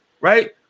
right